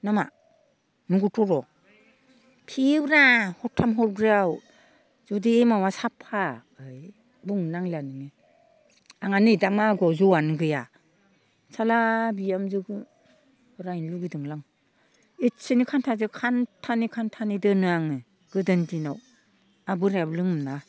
नामा नंगौथ' र' फेयोब्रा हरथाम हरब्रैयाव जुदि एमावआ साफा बुंनो नांलियानो आंहा नै मागोआव जौआनो गैया साला बिहामजोखौ रायनो लुगैदोमोनलां एसेनो खान्थाजो खान्थानै खान्थानै दोनो आङो गोदोनि दिनाव आर बोरायाबो लोङोमोन ना